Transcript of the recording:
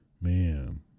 man